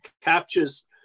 captures